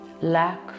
lack